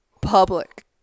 public